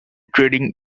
trading